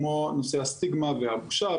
כמו נושא הסטיגמה והבושה.